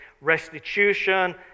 restitution